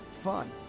fun